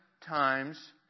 times